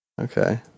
Okay